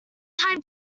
time